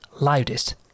loudest